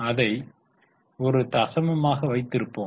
அதை ஒரு தசமமாக வைத்திருப்போம்